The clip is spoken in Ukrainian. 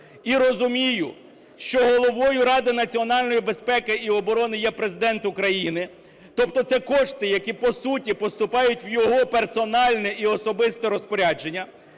і розумію, що Головою Ради національної безпеки і оборони є Президент України, тобто це кошти, які по суті поступають в його персональне і особисте розпорядження,